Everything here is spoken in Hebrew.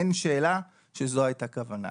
אין שאלה שזו הייתה כוונה.